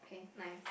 okay nice